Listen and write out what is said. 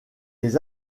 les